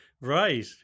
Right